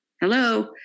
hello